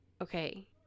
Okay